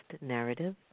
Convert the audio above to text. narrative